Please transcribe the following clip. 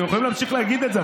אתם יכולים להמשיך להגיד את זה,